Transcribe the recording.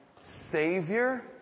Savior